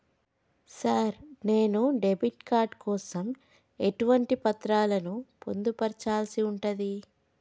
Sir నేను debit card కోసం ఎటువంటి పత్రాలను పొందుపర్చాల్సి ఉంటది?